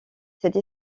cette